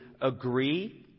agree